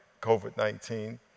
COVID-19